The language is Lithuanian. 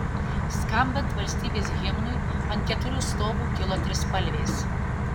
skambant valstybės himnui ant keturių stovų kilo trispalvės